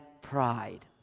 pride